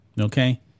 Okay